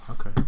okay